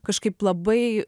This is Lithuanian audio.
kažkaip labai